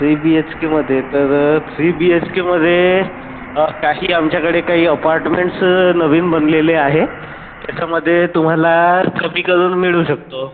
three B H केमध्ये तर three B H केमध्ये काही आमच्याकडे काही अपार्टमेंट्स नवीन बनलेले आहे त्याच्यामध्ये तुम्हाला कमी करून मिळू शकतो